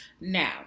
Now